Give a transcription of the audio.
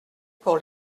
pour